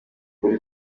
buri